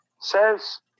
says